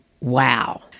Wow